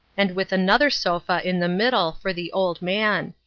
and with another sofa in the middle for the old man.